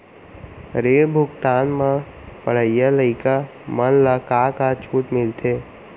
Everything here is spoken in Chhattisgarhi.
ऋण भुगतान म पढ़इया लइका मन ला का का छूट मिलथे?